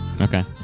Okay